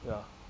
ya